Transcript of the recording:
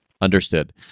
Understood